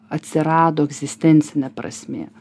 atsirado egzistencinė prasmė